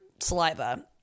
saliva